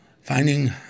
finding